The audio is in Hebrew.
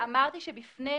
חשוב לזכור גם